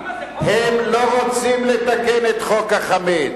הם לא רוצים לתקן את חוק החמץ.